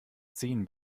ziehen